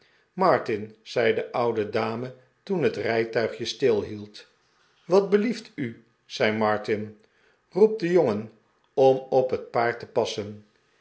tin zei de oude dame toen het rijtuigje stilhield wat belieft u zei martin roep den jongen om op het paard te passen